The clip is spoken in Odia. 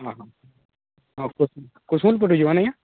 ଓହୋ କୁସୁମ୍ ପଟେ ଯିମା ନାଇକେ